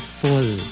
full